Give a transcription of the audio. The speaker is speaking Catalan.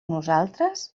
nosaltres